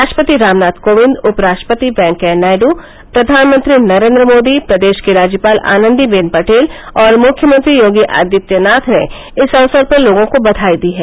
राष्ट्रपति रामनाथ कोविन्द उपराष्ट्रपति वेंकैया नायडू प्रधानमंत्री नरेन्द्र मोदी प्रदेश की राज्यपाल आनंदी बेन पटेल और मुख्यमंत्री योगी आदित्यनाथ ने इस अवसर पर लोगों को बधाई दी है